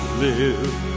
live